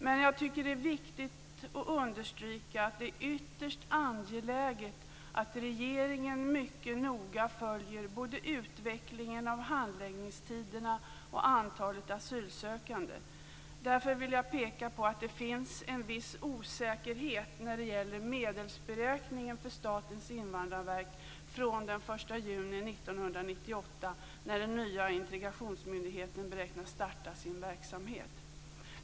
Jag tycker ändå att det är viktigt att understryka att det är ytterst angeläget att regeringen mycket noga följer både utvecklingen av handläggningstiderna och antalet asylsökande. Jag vill därför peka på att det finns en viss osäkerhet när det gäller medelsberäkningen för Statens invandrarverk från den 1 juni 1998, när den nya integrationsmyndigheten beräknas starta sin verksamhet.